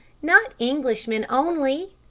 not englishmen only,